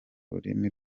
rurimi